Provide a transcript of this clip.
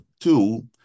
two